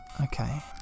Okay